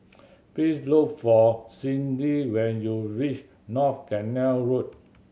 please look for Cyndi when you reach North Canal Road